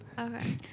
Okay